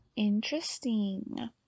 interesting